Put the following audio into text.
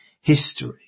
history